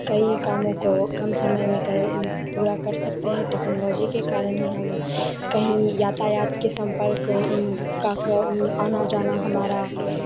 कई कामों को कम समय में कर पूरा कर सकते हैं टेक्नोलॉजी के कारण ही हम कहीं यातायात के संपर्क का का आना जाना हमारा